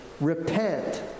repent